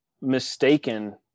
mistaken